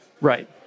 Right